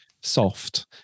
soft